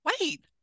wait